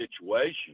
situation